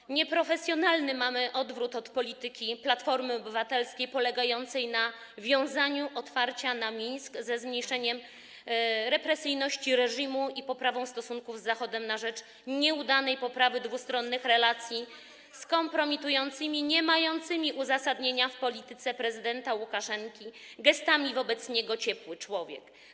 mamy nieprofesjonalny odwrót od polityki Platformy Obywatelskiej polegającej na wiązaniu otwarcia na Mińsk ze zmniejszeniem represyjności reżimu i poprawą stosunków z Zachodem na rzecz nieudanej poprawy dwustronnych relacji, z kompromitującymi, niemającymi uzasadnienia w polityce prezydenta Łukaszenki gestami wobec niego („ciepły człowiek”